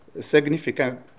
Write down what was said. significant